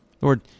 Lord